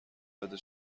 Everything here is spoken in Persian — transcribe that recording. بده